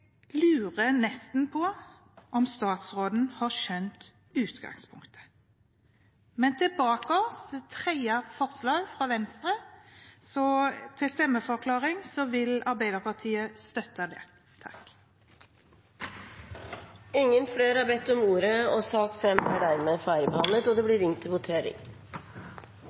lurer nesten på om statsråden har skjønt utgangspunktet. Men tilbake til forslag nr. 2, fra Venstre og til stemmeforklaring: Arbeiderpartiet vil støtte det. Flere har ikke bedt om ordet til sak nr. 6. Det voteres over lovens overskrift og loven i sin helhet. Lovvedtaket vil bli ført opp til